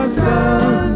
sun